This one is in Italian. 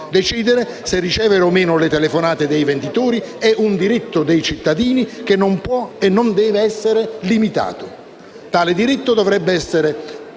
Decidere se ricevere o no le telefonate dei venditori è un diritto dei cittadini che non può e non deve essere limitato: tale diritto dovrebbe essere